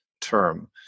term